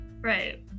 Right